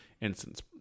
instance